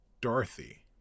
Dorothy